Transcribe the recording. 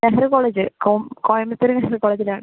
Nehru college കോ കോയമ്പതൂര് നെഹ്റു കോളേജിലാണ്